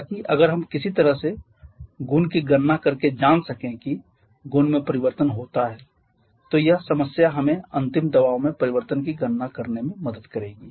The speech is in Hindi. ताकि अगर हम किसी तरह से गुण की गणना करके जान सकें कि गुण में परिवर्तन होता है तो यह समस्या हमें अंतिम दबाव में परिवर्तन की गणना करने में मदद करेगी